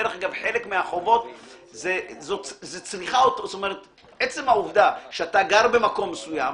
דרך אגב, עצם העובדה שאתה גר במקום מסוים,